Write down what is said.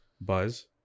buzz